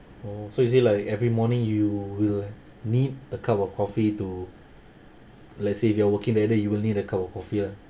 oh so is it like every morning you will need a cup of coffee to let's say if you are working that day you will need a cup of coffee lah